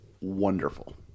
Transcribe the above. wonderful